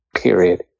Period